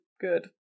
good